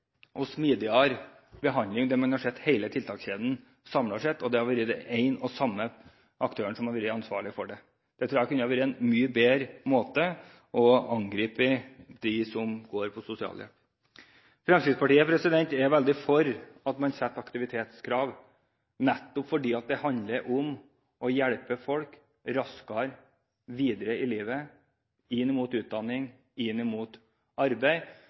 smidigere behandling, der man hadde sett hele tiltakskjeden samlet, og at det hadde vært en og samme aktør som hadde vært ansvarlig for det. Jeg tror dette kunne ha vært en mye bedre måte for dem som går på sosialhjelp. Fremskrittspartiet er veldig for å stille aktivitetskrav, fordi det handler om å hjelpe folk raskere videre i livet – inn mot utdanning, inn mot arbeid.